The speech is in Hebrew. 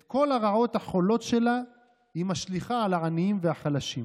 את כל הרעות החולות שלה היא משליכה על העניים והחלשים.